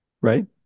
right